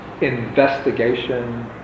investigation